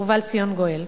ובא לציון גואל.